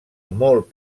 molt